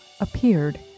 appeared